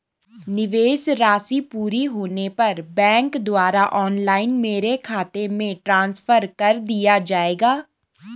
निवेश राशि पूरी होने पर बैंक द्वारा ऑनलाइन मेरे खाते में ट्रांसफर कर दिया जाएगा?